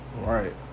Right